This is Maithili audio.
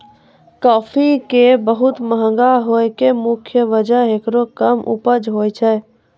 काफी के बहुत महंगा होय के मुख्य वजह हेकरो कम उपज होय छै